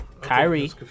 Kyrie